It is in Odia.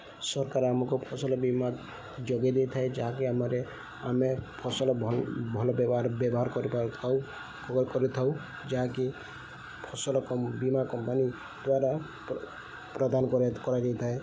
ସରକାର ଆମକୁ ଫସଲ ବୀମା ଯୋଗାଇ ଦେଇଥାଏ ଯାହାକି ଆମରେ ଆମେ ଫସଲ ଭଲ ଭଲ ବ୍ୟବହାର ବ୍ୟବହାର କରିପାରିଥାଉ କରିଥାଉ ଯାହାକି ଫସଲ ବୀମା କମ୍ପାନୀ ଦ୍ୱାରା ପ୍ରଦାନ କରାଯାଏ କରାଯାଇଥାଏ